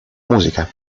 musica